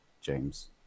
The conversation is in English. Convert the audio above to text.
James